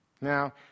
Now